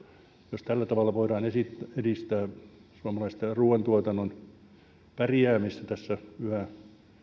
jos tällä tavalla voidaan edistää suomalaisen ruoantuotannon pärjäämistä tässä yhä